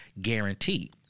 guarantee